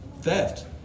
theft